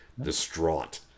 distraught